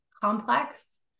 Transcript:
complex